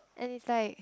and it's like